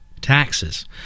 Taxes